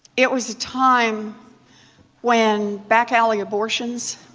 it was a time when back-alley abortions